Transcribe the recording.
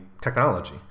technology